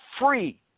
free